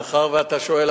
מאחר שאתה שואל,